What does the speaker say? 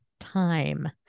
time